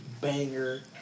Banger